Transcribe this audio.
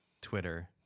Twitter